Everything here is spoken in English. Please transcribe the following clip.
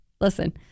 listen